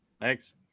Thanks